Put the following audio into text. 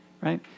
Right